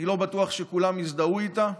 אני לא בטוח שכולם יזדהו איתה,